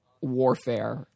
warfare